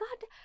God